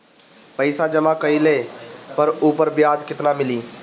पइसा जमा कइले पर ऊपर ब्याज केतना मिली?